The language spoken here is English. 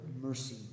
mercy